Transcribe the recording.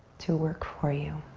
to work for you.